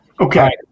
Okay